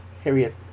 Harriet